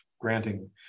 granting